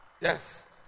yes